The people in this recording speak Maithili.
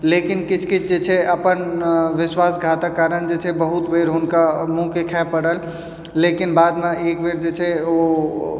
लेकिन किछु किछु जे छै अपन विश्वासघातके कारण जे छै बहुत बेर हुनका मुँहके खाय पड़ल लेकिन बादमे एक बेर जे छै ओ